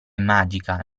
magica